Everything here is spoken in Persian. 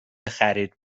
خرید